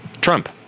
Trump